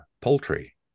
poultry